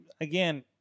again